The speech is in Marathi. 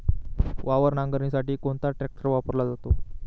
वावर नांगरणीसाठी कोणता ट्रॅक्टर वापरला जातो?